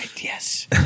Yes